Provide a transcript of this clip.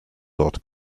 dort